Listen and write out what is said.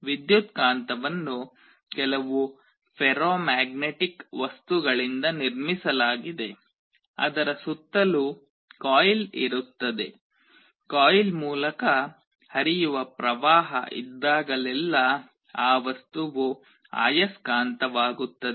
ವಿದ್ಯುತ್ಕಾಂತವನ್ನು ಕೆಲವು ಫೆರೋಮ್ಯಾಗ್ನೆಟಿಕ್ ವಸ್ತುಗಳಿಂದ ನಿರ್ಮಿಸಲಾಗಿದೆ ಅದರ ಸುತ್ತಲೂ ಕಾಯಿಲ್ ಇರುತ್ತದೆ ಕಾಯಿಲ್ ಮೂಲಕ ಹರಿಯುವ ಪ್ರವಾಹ ಇದ್ದಾಗಲೆಲ್ಲಾ ಆ ವಸ್ತುವು ಆಯಸ್ಕಾಂತವಾಗುತ್ತದೆ